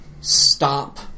stop